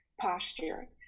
posture